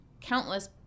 countless